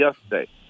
yesterday